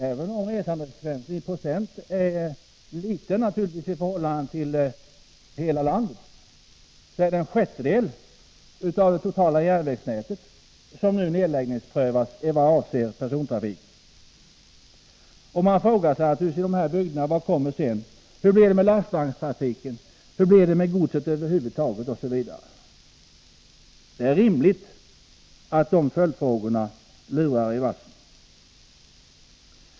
Även om resandefrekvensen i procent räknat naturligtvis är liten i förhållande till hela landet, så är det en sjättedel av det totala järnvägsnätet som nu nedläggningsprövas i vad avser persontrafik. Och man frågar sig naturligtvis i de här bygderna: Vad kommer sedan? Hur blir det med lastvagnstrafiken? Hur blir det med godset över huvud taget, osv.? Det är rimligt att de följdfrågorna lurar i vassen.